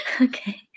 Okay